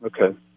Okay